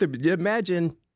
imagine